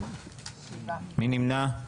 מי נמנע?